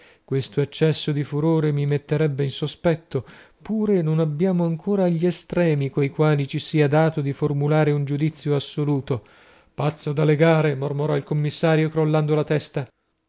questo accesso di furore mi metterebbe in sospetto pure non abbiamo ancora gli estremi coi quali ci sia dato formulare un giudizio assoluto pazzo da legare mormorò il commissario crollando la testa